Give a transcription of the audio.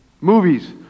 movies